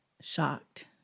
shocked